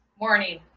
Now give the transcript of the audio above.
Morning